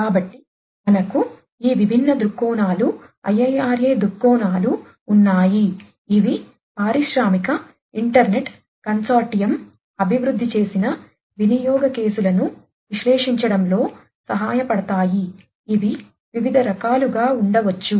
కాబట్టి మనకు ఈ విభిన్న దృక్కోణాలు IIRA దృక్కోణాలు ఉన్నాయి ఇవి పారిశ్రామిక ఇంటర్నెట్ కన్సార్టియం అభివృద్ధి చేసిన వినియోగ కేసులను విశ్లేషించడంలో సహాయపడతాయి ఇవి వివిధ రకాలుగా ఉండవచ్చు